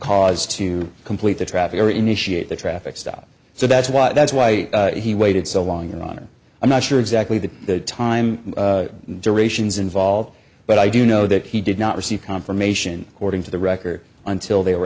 cause to complete the traffic or initiate the traffic stop so that's why that's why he waited so long your honor i'm not sure exactly the time durations involved but i do know that he did not receive confirmation according to the record until they were